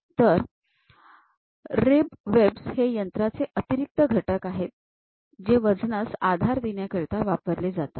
तर ribs webs हे यंत्राचे अतिरिक्त घटक आहेत जे वजनास आधार देण्याकरिता वापरले जातात